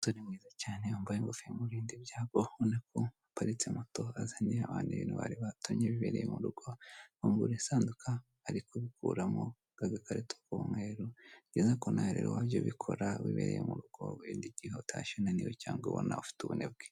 Iyi foto ndi kubonaho iduka hariho icyapa kigaragaza ko bacuruza amata, n'ibiyakomokaho, imbere harimo utubati tugiye turimo udukarito ndetse n'udukombe.